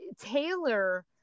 Taylor